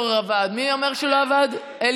התש"ף 2020, לא נתקבלה.